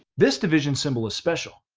this division symbol is special,